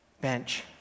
bench